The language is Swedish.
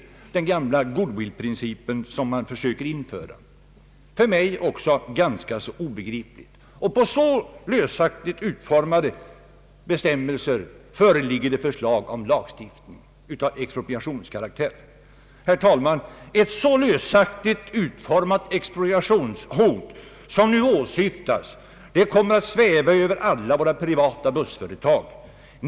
Det är den gamla goodwillprincipen som man försöker införa — på ett för mig ganska obegripligt sätt. På så lösligt utformade bestämmelser föreligger förslag om lagstiftning av expropriationskaraktär. Herr talman! Ett så lösligt utformat expropriationshot som nu åsyftas kommer att sväva över alla våra privata bussföretag.